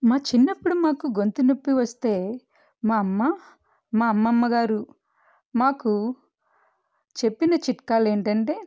మా చిన్నప్పుడు మాకు గొంతు నొప్పి వస్తే మా అమ్మ మా అమ్మమ్మ గారు మాకు చెప్పిన చిట్కాలు ఏంటంటే